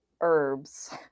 herbs